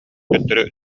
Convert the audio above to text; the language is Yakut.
төттөрү